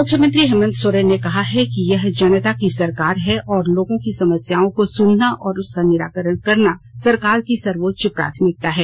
मुख्यमंत्री हेमंत सोरेन ने कहा है कि यह जनता की सरकार है और लोगों की समस्याओं को सुनना और उसका निराकरण करना सरकार की सर्वोच्च प्राथमिकता है